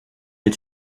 les